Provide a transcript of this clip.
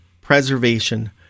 preservation